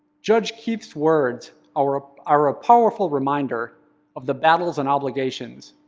judge keith's words are ah are a powerful reminder of the battles and obligations,